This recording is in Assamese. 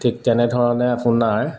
ঠিক তেনেধৰণে আপোনাৰ